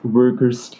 workers